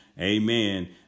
amen